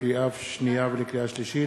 לקריאה שנייה ולקריאה שלישית,